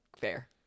fair